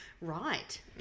right